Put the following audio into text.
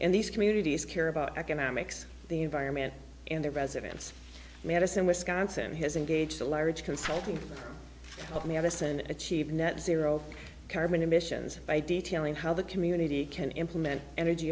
and these communities care about economics the environment and the residents madison wisconsin has engaged a large consulting company on this and achieve net zero carbon emissions by detailing how the community can implement energy